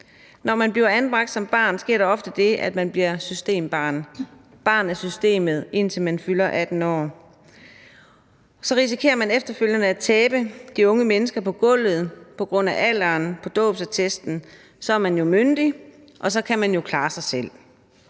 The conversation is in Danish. Når man bliver anbragt som barn, sker der ofte det, at man bliver systembarn, barn af systemet, indtil man fylder 18 år. Så risikerer vi efterfølgende at tabe de unge mennesker på gulvet på grund af alderen på dåbsattesten. Så er man jo myndig, og så kan man jo klare sig selv.